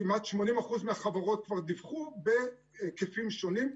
כמעט 80% מהחברות כבר דיווחו בהיקפים שונים.